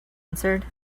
answered